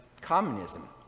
communism